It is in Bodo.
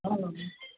औ